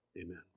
amen